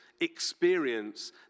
experience